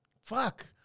fuck